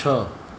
છ